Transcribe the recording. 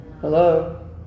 Hello